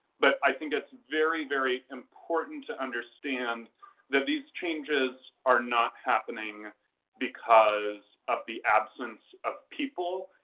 but i think it's very, very important to understand that these changes are not happening because of the absence of people,